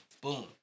boom